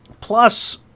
Plus